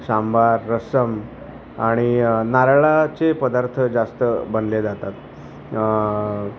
सांबार रसम आणि नारळाचे पदार्थ जास्त बनले जातात